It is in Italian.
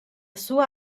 sua